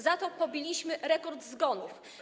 Za to pobiliśmy rekord zgonów.